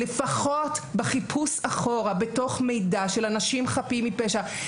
לפחות בחיפוש אחורה בתוך מידע של אנשים חפים מפשע,